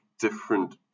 different